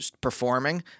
performing